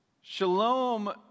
Shalom